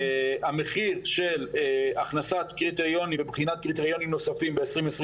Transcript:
המחיר של הכנסת קריטריונים ובחינת קריטריונים נוספים ב-2023,